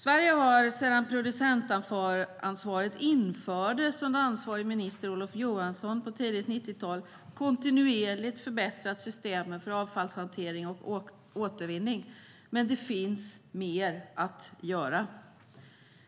Sverige har sedan producentansvaret infördes under ansvarig minister Olof Johansson på tidigt 90-tal kontinuerligt förbättrat systemen för avfallshantering och återvinning. Men det finns mer att göra.